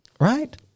Right